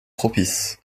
propice